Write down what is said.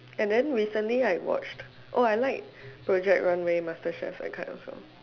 and then recently I watched oh I like project runway masterchef those kind also